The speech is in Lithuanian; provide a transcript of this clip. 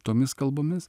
tomis kalbomis